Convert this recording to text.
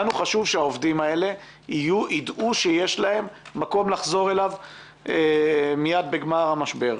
לנו חשוב שהעובדים האלה יידעו שיש להם מקום לחזור אליו מייד בגמר המשבר.